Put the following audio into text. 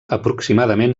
aproximadament